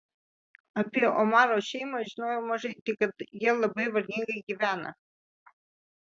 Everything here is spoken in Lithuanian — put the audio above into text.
apie omaro šeimą žinojau mažai tik kad jie labai vargingai gyvena